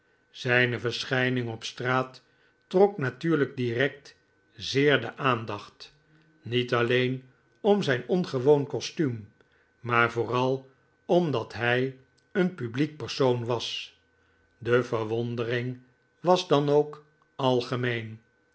zijne verschijning op straat trok natuurlijk direct zeer de aandacht niet alleen om zijn ongewoon kostuum maar vooral omdathijeen publiek persoon was de ver wondering was dan ook algemeen